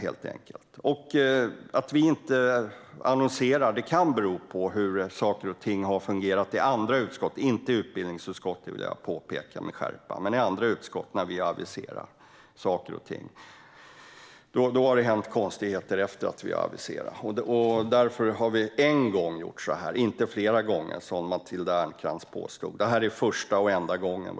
Att vi inte aviserade detta kan bero på hur det har fungerat när vi har aviserat saker och ting i utskott - dock inte i utbildningsutskottet, vill jag understryka. Men i andra utskott det hänt konstigheter efter det att vi har aviserat. Därför har vi en enda gång gjort så här i utbildningsutskottet. Det har inte hänt flera gånger, som Matilda Ernkrans påstår, utan detta är första och enda gången.